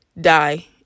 die